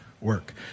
work